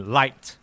light